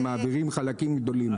שמעבירים חלקים גדולים.